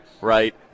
right